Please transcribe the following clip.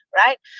right